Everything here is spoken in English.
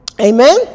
amen